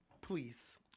please